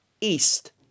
east